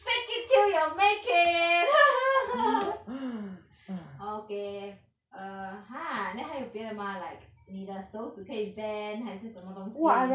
fake it till you make it okay err !huh! then 还有别的吗 like 你的手指可以 bend 还是什么东西